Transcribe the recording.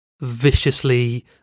viciously